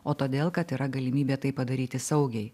o todėl kad yra galimybė tai padaryti saugiai